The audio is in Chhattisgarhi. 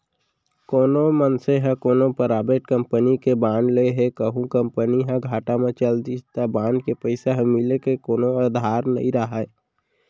कोनो मनसे ह कोनो पराइबेट कंपनी के बांड ले हे कहूं कंपनी ह घाटा म चल दिस त बांड के पइसा ह मिले के कोनो अधार नइ राहय